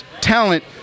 talent